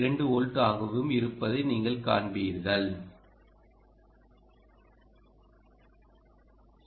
2 volt ஆகவும் இருப்பதை நீங்கள் காணலாம்